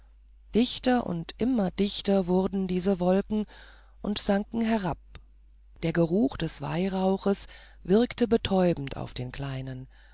dichter und immer dichter wurden diese wolken und sanken herab der geruch des weihrauches wirkte betäubend auf den kleinen